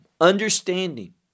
understanding